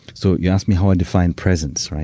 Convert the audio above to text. so you asked me how i define presence, right?